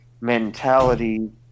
mentality